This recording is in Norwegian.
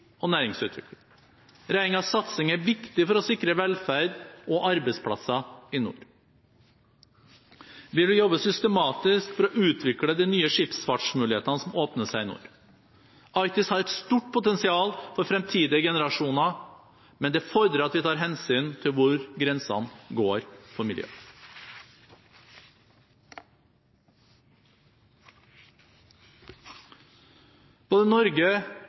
og næringsutvikling. Regjeringens satsing er viktig for å sikre velferd og arbeidsplasser i nord. Vi vil jobbe systematisk for å utvikle de nye skipsfartsmulighetene som åpner seg i nord. Arktis har et stort potensial for fremtidige generasjoner, men det fordrer at vi tar hensyn til hvor grensene går for miljøet. Både Norge